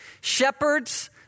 Shepherds